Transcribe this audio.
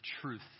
truth